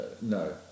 No